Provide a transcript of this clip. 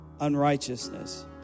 unrighteousness